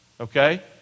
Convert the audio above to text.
Okay